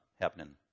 happening